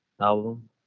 album